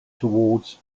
toward